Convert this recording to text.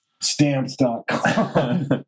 Stamps.com